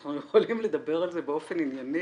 שאנחנו יכולים לדבר על זה באופן ענייני